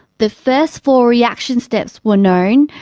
the first four reaction steps were known,